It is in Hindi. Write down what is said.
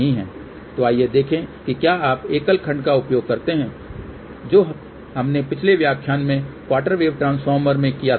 तो आइए देखें कि क्या आप एकल खंड का उपयोग करते हैं जो हमने पिछले व्याख्यान में क्वार्टर वेव ट्रांसफॉर्मर में किया था